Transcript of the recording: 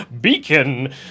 Beacon